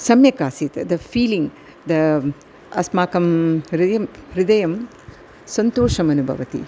सम्यक् आसीत् the feeling the अस्माकं हृदयः हृदयः सन्तोषम् अनुभवति